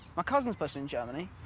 my cousin's posted in germany.